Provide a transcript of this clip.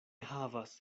havas